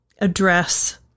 address